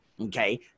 Okay